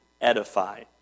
edify